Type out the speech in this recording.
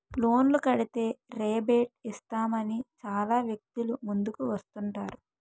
లోన్లు కడితే రేబేట్ ఇస్తామని చాలా వ్యక్తులు ముందుకు వస్తుంటారు